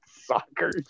soccer